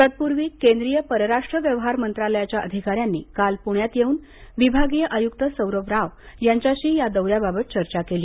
तत्पूर्वी केंद्रीय परराष्ट्र व्यवहार मंत्रालयाच्या अधिकाऱ्यांनी काल पुण्यात येऊन विभागीय आयुक्त सौरभ राव यांच्याशी या दौऱ्याबाबत चर्चा केली